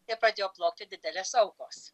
ir pradėjo plaukti didelės aukos